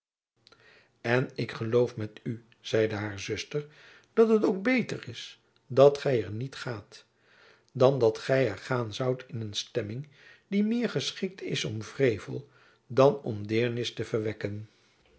en ik geloof met u zeide haar zuster dat het ook beter is dat gy er niet gaat dan dat gy er gaan zoudt in een stemming die meer geschikt is om wrevel dan om deernis te verwekken